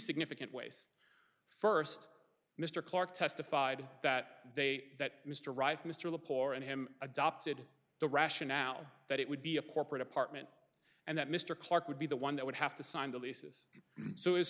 significant ways first mr clarke testified that they that mr arrive mr the poor and him adopted the rationale that it would be a corporate apartment and that mr clark would be the one that would have to sign the leases so is